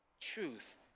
truth